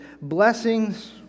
blessings